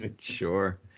Sure